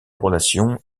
relations